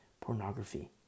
pornography